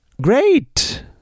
Great